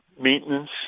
maintenance